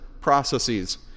processes